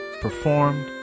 performed